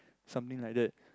something like that